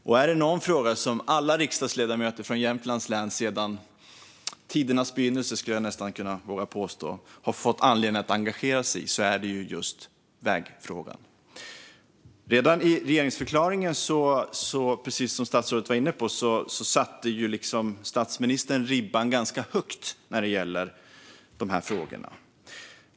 En fråga som alla riksdagsledamöter från Jämtland har fått anledning att engagera sig i sedan tidernas begynnelse är just, vågar jag nästan påstå, vägfrågan. Redan i regeringsförklaringen satte statsministern ribban ganska högt när det gäller de här frågorna, vilket statsrådet var inne på.